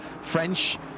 French